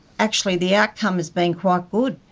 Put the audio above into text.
actually the outcome has been quite good.